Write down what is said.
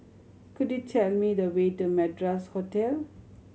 could you tell me the way to Madras Hotel